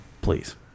please